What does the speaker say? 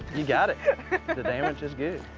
you got it. the damage is good.